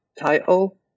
title